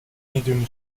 میدونی